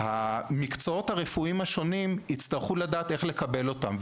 המקצועות הרפואיים השונים יצטרכו לדעת איך לקבל אותו.